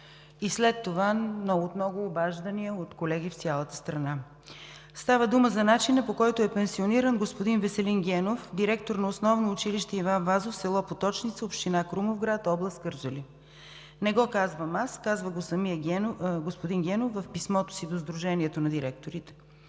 и след това от много обаждания на колеги в цялата страна. Става дума за начина, по който е пенсиониран господин Веселин Генов, директор на Основно училище „Иван Вазов“ в село Поточница, община Крумовград, област Кърджали. Не го казвам аз, казва го самият господин Генов в писмото си до Сдружението на директорите,